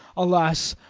alas!